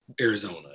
Arizona